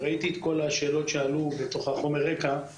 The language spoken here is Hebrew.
ראיתי את כל השאלות שעלו בחומר הרקע,